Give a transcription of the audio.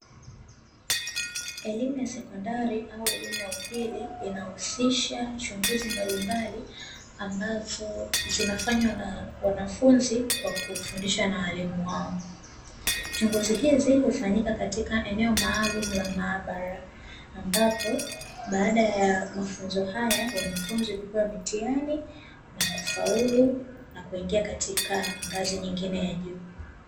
Elimu ya sekondari au elimu ya upili inayohusisha chunguzi mbalimbali ambazo zinafanywa na wanafunzi kwa kufundishwa na walimu wao chunguzi hizi hufanyika eneo maalumu la maabara, ambapo baada ya ya mafunzo haya wanafunzi hupewa mitihani na kufaulu na kuingia katika ngazi nyingine.